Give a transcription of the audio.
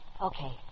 Okay